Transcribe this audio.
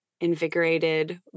invigorated